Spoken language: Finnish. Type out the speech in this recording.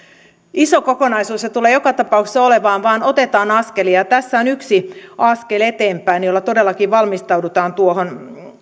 iso kokonaisuus se tulee joka tapauksessa olemaan vaan otetaan askelia tässä on yksi askel eteenpäin jolla todellakin valmistaudutaan tuohon